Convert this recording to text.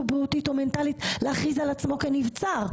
בריאותית או מנטלית להכריז על עצמו כנבצר?